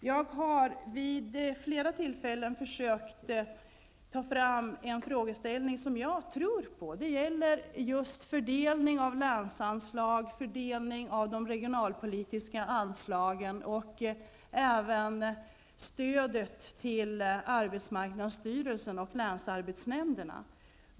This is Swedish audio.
Jag har vid flera tillfällen försökt föra fram en frågeställning som jag tror är väsentlig. Det gäller just fördelningen av länsanslag, fördelningen av de regionalpolitiska anslagen och även stödet till arbetsmarknadsstyrelsen och länsarbetsnämnderna.